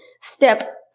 step